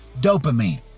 Dopamine